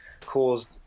caused